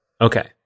Okay